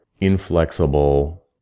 inflexible